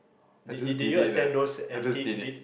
I just did it eh I just did it